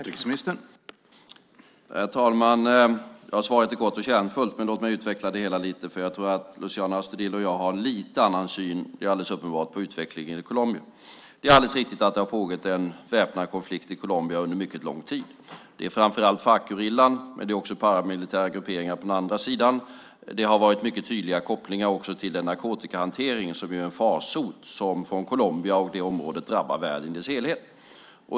Herr talman! Svaret är kort och kärnfullt, men låt mig utveckla det hela lite. Jag tror att Luciano Astudillo och jag inte har riktigt samma syn - det är alldeles uppenbart - på utvecklingen i Colombia. Det är alldeles riktigt att det har pågått en väpnad konflikt i Colombia under mycket lång tid. Det är framför allt Farcgerillan men också paramilitära grupperingar på den andra sidan som varit inblandade i denna. Det har också varit mycket tydliga kopplingar till den narkotikahantering som är en farsot från Colombia och det området som drabbar världen i dess helhet.